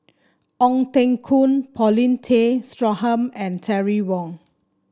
Ong Teng Koon Paulin Tay Straughan and Terry Wong